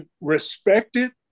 respected